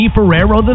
Ferrero